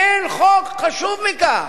אין חוק חשוב מכך.